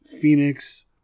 Phoenix